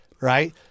right